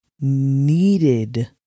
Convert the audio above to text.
needed